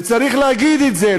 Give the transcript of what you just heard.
וצריך להגיד את זה,